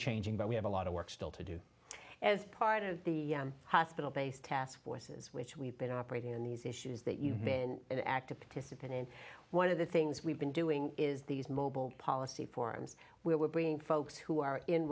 changing but we have a lot of work still to do as part of the hospital based task forces which we've been operating in these issues that you've been an active participant and one of the things we've been doing is these mobile policy forums where we're bringing folks who are in